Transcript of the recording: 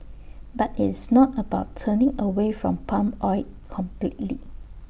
but IT is not about turning away from palm oil completely